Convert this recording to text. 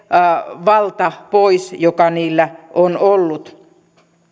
valta pois joka niillä on jo ollut